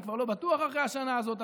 אני כבר לא בטוח אחרי השנה הזאת,